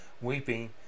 weeping